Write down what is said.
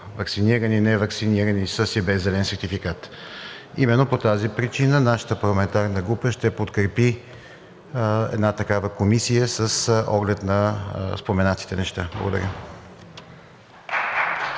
ваксинирани и неваксинирани, със и без зелен сертификат. Именно по тази причина нашата парламентарна група ще подкрепи една такава комисия с оглед на споменатите неща. Благодаря.